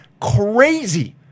Crazy